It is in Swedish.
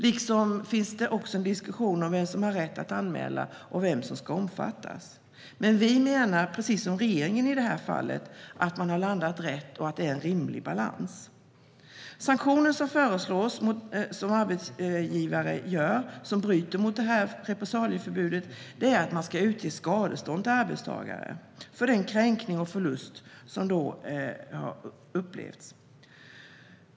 Det finns även en diskussion om vem som har rätt att anmäla och vem som ska omfattas. Men vi menar, precis som regeringen i detta fall, att man har landat rätt och att det är en rimlig balans. Den sanktion som föreslås mot arbetsgivare som bryter mot repressalieförbudet är att skadestånd ska ges till arbetstagaren för den förlust som uppkommer och för den kränkning som har upplevts.